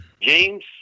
James